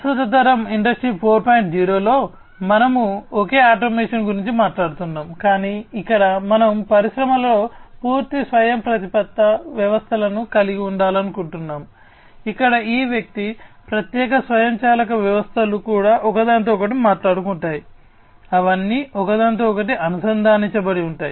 ప్రస్తుత తరం కలిగి ఉండాలనుకుంటున్నాము ఇక్కడ ఈ వ్యక్తి ప్రత్యేక స్వయంచాలక వ్యవస్థలు కూడా ఒకదానితో ఒకటి మాట్లాడుకుంటాయి అవన్నీ ఒకదానితో ఒకటి అనుసంధానించబడి ఉంటాయి